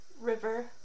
River